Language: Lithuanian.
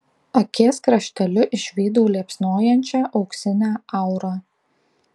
akies krašteliu išvydau liepsnojančią auksinę aurą